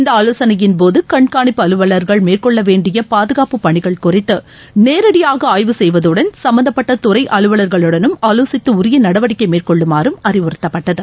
இந்த ஆலோசனையின் போது கண்காணிப்பு அலுவலர்கள் மேற்கொள்ள வேண்டிய பாதுகாப்பு பணிகள் குறித்து நேரடியாக ஆய்வு செய்வதுடன் சம்மந்தப்பட்ட துறை அலுவலர்களுடனும் ஆலோசித்து உரிய நடவடிக்கை மேற்கொள்ளுமாறு அறிவுறுத்தப்பட்டது